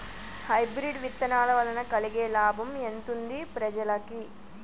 Hybrid విత్తనాల వలన కలిగే లాభం ఎంతుంది ప్రజలకి?